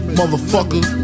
motherfucker